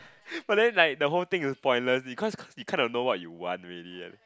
but then like the whole thing is spoiler because it can't know what you want really